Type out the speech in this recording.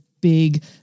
big